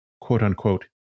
quote-unquote